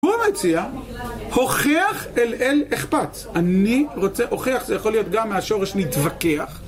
הוא המציע, הוכיח אל אל אכפת, אני רוצה הוכיח, זה יכול להיות גם מהשורש נתווכח.